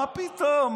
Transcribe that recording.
מה פתאום,